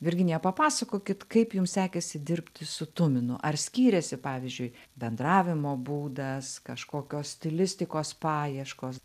virginija papasakokit kaip jums sekėsi dirbti su tuminu ar skyrėsi pavyzdžiui bendravimo būdas kažkokios stilistikos paieškos